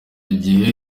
gihe